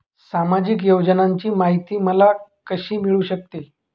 सामाजिक योजनांची माहिती मला कशी मिळू शकते?